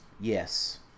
yes